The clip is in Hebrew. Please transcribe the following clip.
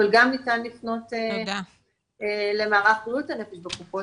אבל גם ניתן לפנות למערך בריאות הנפש בקופות,